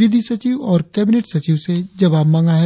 विधि सचिव और केबिनेट सचिव से जवाब मांगा है